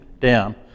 down